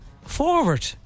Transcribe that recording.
Forward